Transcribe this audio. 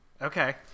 Okay